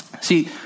See